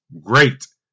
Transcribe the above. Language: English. great